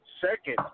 Second